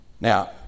Now